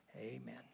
Amen